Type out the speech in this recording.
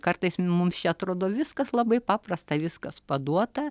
kartais mums čia atrodo viskas labai paprasta viskas paduota